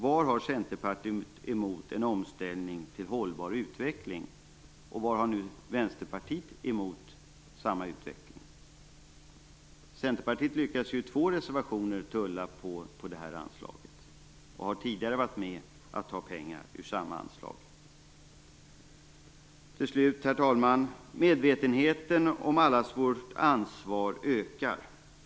Vad har Centerpartiet emot en omställning till hållbar utveckling, och vad har Vänsterpartiet emot samma utveckling? Centerpartiet lyckades ju i två reservationer tulla på detta anslag och har tidigare varit med om att ta pengar därifrån. Herr talman! Medvetenheten om allas vårt ansvar ökar.